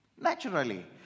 naturally